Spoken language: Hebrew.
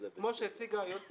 כמו שהציגה היועצת